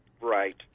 Right